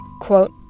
quote